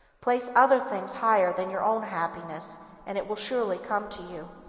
place other things higher than your own happiness and it will surely come to you.